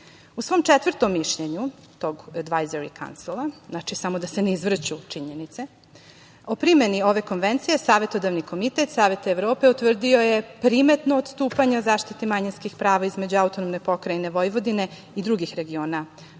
svom četvrtom mišljenju tog ( ne razume se), znači, samo da se ne izvrću činjenice, o primeni ove Konvencije, Savetodavni komitet Saveta Evorope utvrdio je primetno odstupanja o zaštiti manjinskih prava između AP Vojvodine i drugih regiona